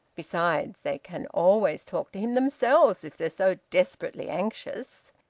besides, they can always talk to him themselves if they're so desperately anxious.